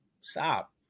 Stop